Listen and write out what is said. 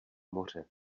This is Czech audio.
moře